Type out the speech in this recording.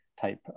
type